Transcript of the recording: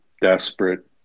desperate